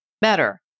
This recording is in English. better